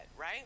right